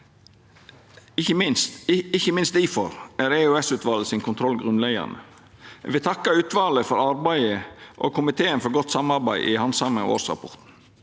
Ikkje minst difor er EOS-utvalet sin kontroll grunnleggjande. Eg vil takka utvalet for arbeidet og komiteen for godt samarbeid i handsaminga av årsrapporten.